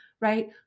right